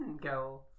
go